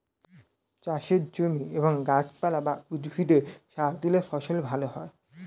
চাষের জমি এবং গাছপালা বা উদ্ভিদে সার দিলে ফসল ভালো হয়